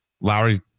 Lowry